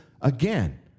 again